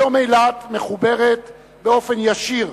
היום אילת מחוברת באופן ישיר,